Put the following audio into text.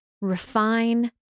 refine